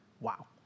wow